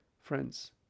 friends